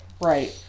right